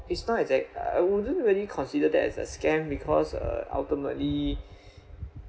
it's not exact uh I wouldn't really consider that as a scam because uh ultimately